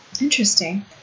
Interesting